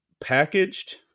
packaged